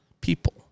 People